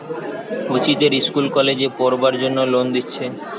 কচিদের ইস্কুল কলেজে পোড়বার জন্যে লোন দিচ্ছে